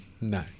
No